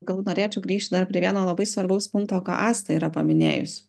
gal norėčiau grįžt dar prie vieno labai svarbaus punktoką asta yra paminėjus